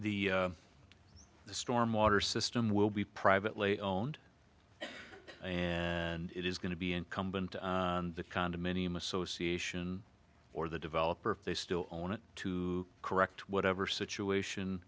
happens the stormwater system will be privately owned and it is going to be incumbent the condominium association or the developer if they still want it to correct whatever situation